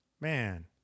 man